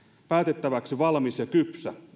päätettäväksi valmis ja kypsä